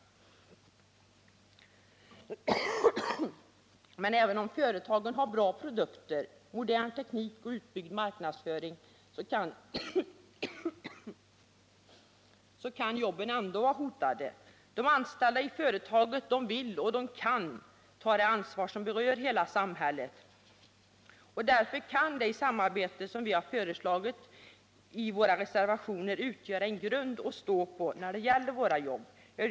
Men även om företaget har bra produkter, modern teknik och utbyggd marknadsföring kan jobben ändå vara hotade. De anställda i företagen vill och kan ta ansvar för frågor som berör hela samhället, och därför kan det samarbete som vi har föreslagit i våra reservationer utgöra en grund att stå på när det gäller våra jobb.